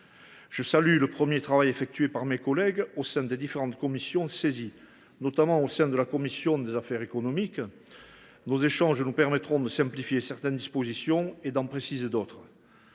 Je salue le premier travail effectué par mes collègues issus des différentes commissions saisies, notamment au sein de la commission des affaires économiques. Nos échanges nous permettront de simplifier certaines dispositions et d’en préciser d’autres.